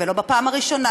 ולא בפעם הראשונה,